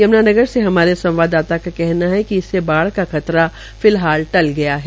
यम्ना नगर से हमारे संवाददाता का कहना है कि इससे बाढ़ का खतरा फिलहाल टल गया है